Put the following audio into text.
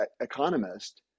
economist